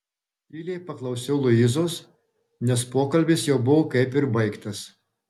tyliai paklausiau luizos nes pokalbis jau buvo kaip ir baigtas